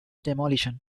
demolition